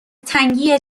تنگی